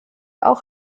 auch